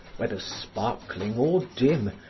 whether sparkling or dim,